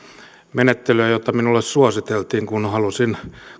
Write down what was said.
menettelyä jota minulle suositeltiin kun halusin